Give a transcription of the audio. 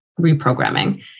reprogramming